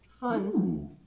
Fun